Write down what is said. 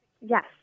Yes